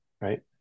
right